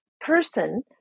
person